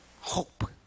Hope